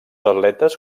atletes